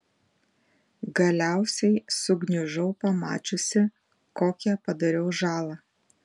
galiausiai sugniužau pamačiusi kokią padariau žalą